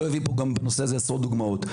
שזה כנראה הפוך ממה שאתם חושבים שיהיה,